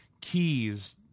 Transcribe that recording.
keys